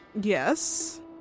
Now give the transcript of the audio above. Yes